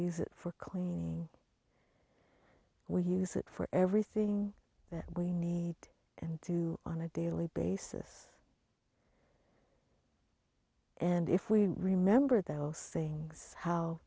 use it for cleaning we use it for everything that we need and do on a daily basis and if we remember those things how